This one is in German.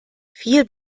viel